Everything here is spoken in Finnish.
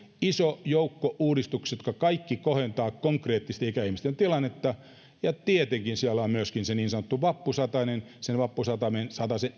iso joukko uudistuksia jotka kaikki kohentavat konkreettisesti ikäihmisten tilannetta ja tietenkin siellä on myöskin se niin sanottu vappusatanen sen vappusatasen